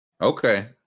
Okay